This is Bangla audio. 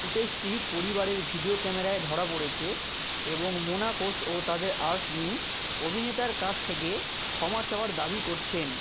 ফুটেজটি পরিবারের ভিডিও ক্যামেরায় ধরা পড়েছে এবং মোনাকোস ও তাদের অ্যাটর্নি অভিনেতার কাছ থেকে ক্ষমা চাওয়ার দাবি করছেন